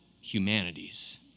humanities